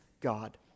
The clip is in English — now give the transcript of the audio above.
God